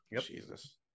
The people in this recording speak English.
Jesus